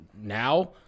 now